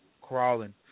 crawling